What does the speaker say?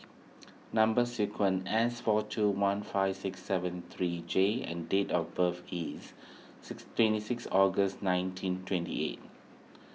Number Sequence S four two one five six seven three J and date of birth is six twenty six August nineteen twenty eight